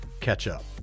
catch-up